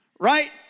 Right